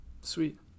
Sweet